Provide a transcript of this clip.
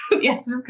yes